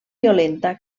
violenta